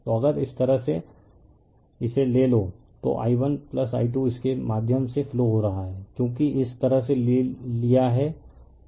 तो अगर इस तरह ले लो तो i1i2 इसके माध्यम से फ्लो हो रहा है क्योंकि इस तरह से लिया है